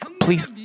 please